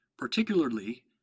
particularly